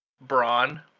brawn